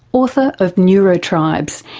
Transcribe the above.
author of neurotribes,